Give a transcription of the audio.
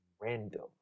random